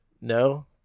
No